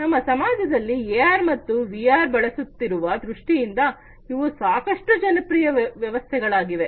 ನಮ್ಮ ಸಮಾಜದಲ್ಲಿ ಎಆರ್ ಮತ್ತು ವಿಆರ್ ಬಳಸುತ್ತಿರುವ ದೃಷ್ಟಿಯಿಂದ ಇವು ಸಾಕಷ್ಟು ಜನಪ್ರಿಯ ವ್ಯವಸ್ಥೆಗಳಾಗಿವೆ